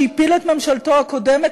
שהפיל את ממשלתו הקודמת,